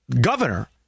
governor